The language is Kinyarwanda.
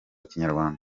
kinyarwanda